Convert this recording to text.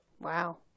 Wow